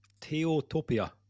Teotopia